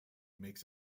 makes